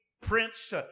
prince